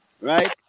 right